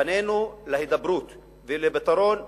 פנינו להידברות ולפתרון מוסכם,